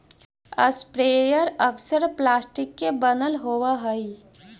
sprayer अक्सर plastic के बनल होवऽ हई